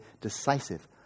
decisive